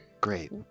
Great